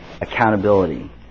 accountability